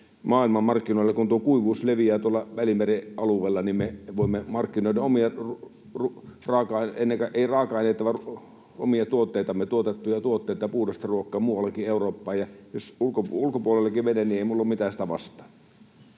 maailmanmarkkinoille. Kun kuivuus leviää tuolla Välimeren alueella, me voimme markkinoida omia tuotteitamme, tuotettuja tuotteita ja puhdasta ruokaa, muuallekin Eurooppaan. Ja jos ulkopuolellekin menee, niin ei minulla ole mitään sitä vastaan.